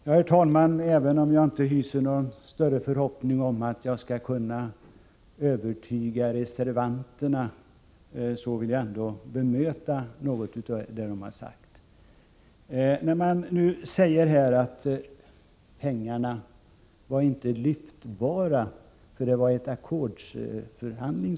Herr talman! Även om jag inte hyser någon större förhoppning om att kunna övertyga reservanterna vill jag ändå bemöta en del av vad de har sagt. Man hävdar nu att pengarna inte var lyftbara, eftersom det pågick en ackordsförhandling.